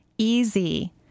easy